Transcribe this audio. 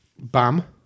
Bam